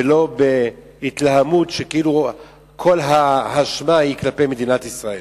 ולא בהתלהמות שכאילו כל האשמה היא כלפי מדינת ישראל.